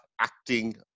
acting